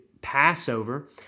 Passover